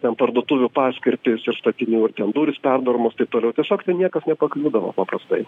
ten parduotuvių paskirtys ir statinių ir ten durys perdaromos tai toliau tiesiog ten niekas nepakliūdavo paprastai